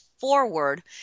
forward